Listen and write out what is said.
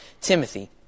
Timothy